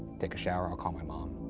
take a shower, ah call my mom.